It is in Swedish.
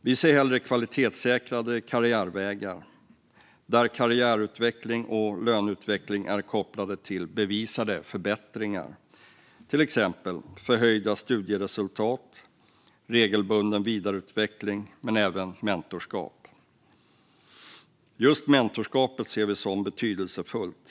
Vi ser hellre kvalitetssäkrade karriärvägar där karriärutveckling och löneutveckling är kopplat till bevisade förbättringar, till exempel höjda studieresultat och regelbunden vidareutveckling - men även mentorskap. Just mentorskapet ser vi som betydelsefullt.